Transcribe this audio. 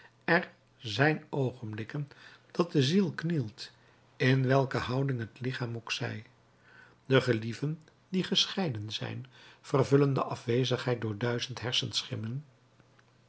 er zijn oogenblikken dat de ziel knielt in welke houding het lichaam ook zij de gelieven die gescheiden zijn vervullen de afwezigheid door duizend hersenschimmen